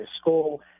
school